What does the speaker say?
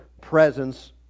presence